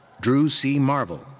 drew c. marvel,